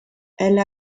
elle